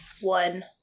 one